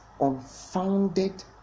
unfounded